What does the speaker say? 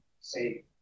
say